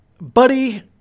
Buddy